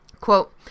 quote